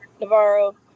Navarro